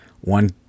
one